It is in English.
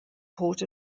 port